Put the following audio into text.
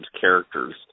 characters